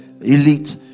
elite